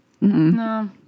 No